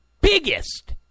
biggest